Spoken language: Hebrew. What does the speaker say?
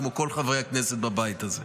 כמו כל חברי הכנסת בבית הזה.